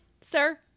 sir